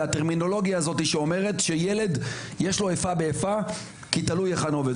הטרמינולוגיה הזאת שאומרת שילד יש לו איפה ואיפה כי תלוי היכן הוא לומד,